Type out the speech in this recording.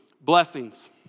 Blessings